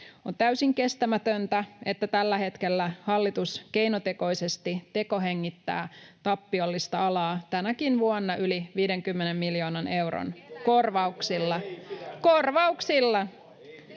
On täysin kestämätöntä, että tällä hetkellä hallitus keinotekoisesti tekohengittää tappiollista alaa, tänäkin vuonna yli 50 miljoonan euron korvauksilla.